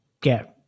get